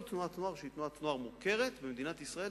כל תנועת נוער שהיא תנועת נוער מוכרת במדינת ישראל.